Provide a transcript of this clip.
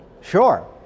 sure